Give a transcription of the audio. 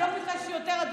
אני לא ביקשתי יותר,